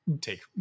take